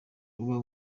uba